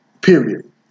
period